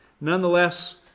nonetheless